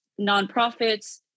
nonprofits